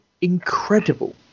incredible